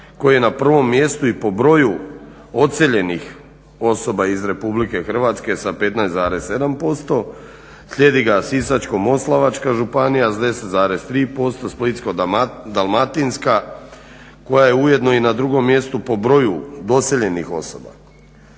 koji je na prvom mjestu i po broju odseljenih osoba iz RH sa 15,7%, slijedi ga Sisačko-moslavačka županija s 10,3%, Splitsko-dalmatinska koja je ujedno na drugom mjestu po broju doseljenih osoba.